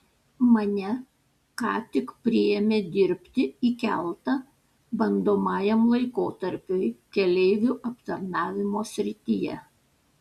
mane ką tik priėmė dirbti į keltą bandomajam laikotarpiui keleivių aptarnavimo srityje